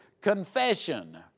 confession